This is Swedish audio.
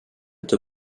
inte